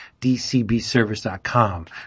dcbservice.com